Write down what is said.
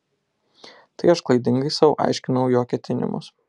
tai aš klaidingai sau aiškinau jo ketinimus